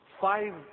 five